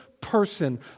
person